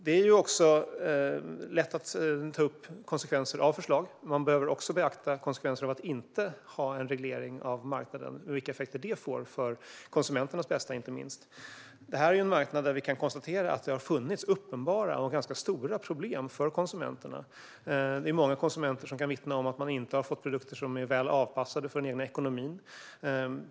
Det är lätt att ta upp konsekvenser av förslag, men man behöver också beakta konsekvenser av att inte ha en reglering av marknaden och vilka effekter det får för konsumenternas bästa, inte minst. Detta är en marknad där vi kan konstatera att det har funnits uppenbara och ganska stora problem för konsumenterna. Många konsumenter kan vittna om att man inte har fått produkter som är väl avpassade för den egna ekonomin.